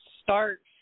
start